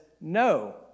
no